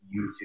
YouTube